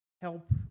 help